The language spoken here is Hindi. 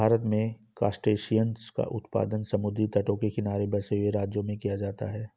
भारत में क्रासटेशियंस का उत्पादन समुद्री तटों के किनारे बसे हुए राज्यों में किया जाता है